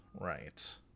Right